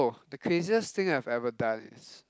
the craziest thing I've ever done is